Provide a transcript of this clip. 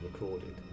recorded